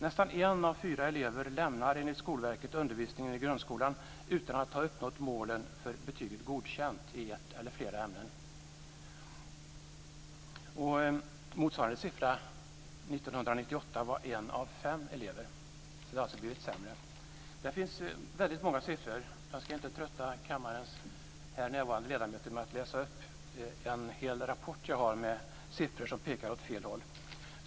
Nästan en av fyra elever lämnar enligt Skolverket undervisningen i grundskolan utan att ha uppnått målen för betyget 1998 var en av fem elever. Det har alltså blivit sämre. Det finns väldigt många siffror. Jag ska inte trötta kammarens här närvarande ledamöter med att läsa upp hela den rapport jag har med siffror som pekar åt fel håll.